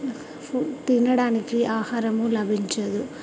ఫు తినడానికి ఆహారం లభించదు